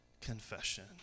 confession